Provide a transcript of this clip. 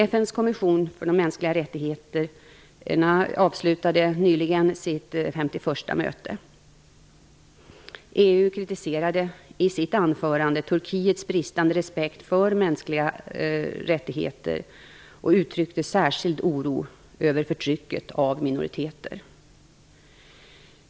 FN:s kommission för de mänskliga rättigheterna avslutade nyligen sitt 51:a möte. EU kritiserade i sitt anförande Turkiets bristande respekt för mänskliga rättigheter och uttryckte särskild oro över förtrycket av minoriteter.